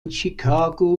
chicago